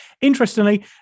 Interestingly